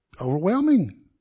overwhelming